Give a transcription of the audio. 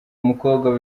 umukobwa